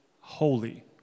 Holy